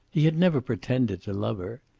he had never pretended to love her.